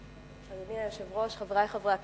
אדוני היושב-ראש, חברי חברי הכנסת,